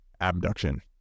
abduction